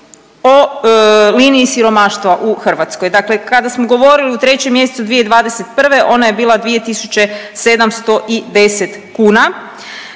o liniji siromaštva u Hrvatskoj. Dakle, kada smo govorili u 3. mjesecu 2021. ona je bila 2.710 kuna,